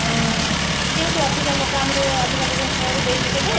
ଆଉ ଯେହେତୁ ଅଧିକା ଲୋକ ଆମେ ଅଧିକା ଲୋକଙ୍କୁ ଖାଇବାକୁ ଦେଇନୁ କେବେ